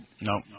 No